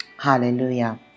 hallelujah